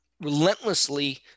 relentlessly